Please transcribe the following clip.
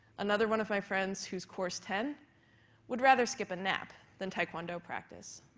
another one of my friends who's course ten would rather skip a nap than taekwondo practice.